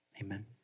amen